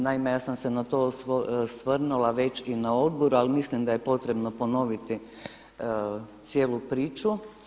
Naime, ja sam se na to osvrnula već i na odboru, ali mislim da je potrebno ponoviti cijelu priču.